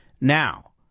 Now